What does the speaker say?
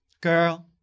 girl